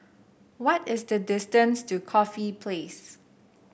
what is the distance to Corfe Place